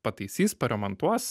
pataisys paremontuos